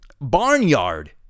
barnyard